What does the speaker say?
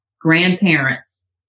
grandparents